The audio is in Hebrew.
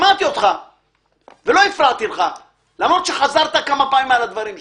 שמעתי אותך ולא הפרעתי לך למרות שחזרת כמה פעמים על הדברים שלך.